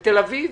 לתל-אביב.